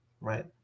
right